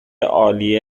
عالی